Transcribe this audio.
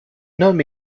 homme